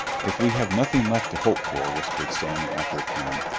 if we have nothing left to hope for, whispered stanley after a time,